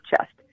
Chest